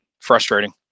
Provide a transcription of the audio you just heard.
frustrating